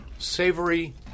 savory